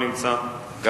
לא נמצא,